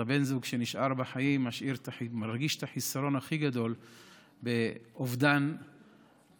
אז בן הזוג שנשאר בחיים מרגיש את החיסרון הכי גדול באובדן רעייתו.